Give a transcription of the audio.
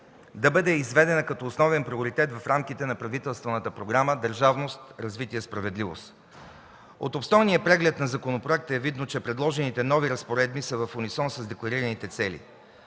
да бъде изведена като основен приоритет в рамките на правителствената програма „Държавност, развитие, справедливост”. От обстойния преглед на законопроекта е видно, че предложените нови разпоредби са в унисон с декларираните цели.